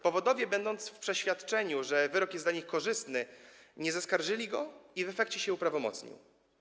Powodowie, w przeświadczeniu, że wyrok jest dla nich korzystny, nie zaskarżyli go i w efekcie on się uprawomocnił.